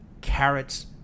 carrots